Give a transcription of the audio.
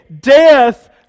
death